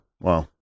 Wow